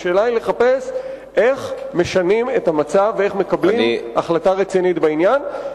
השאלה היא לחפש איך משנים את המצב ואיך מקבלים החלטה רצינית בעניין.